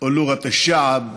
להלן תרגומם הסימולטני: